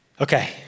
Okay